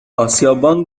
اسیابان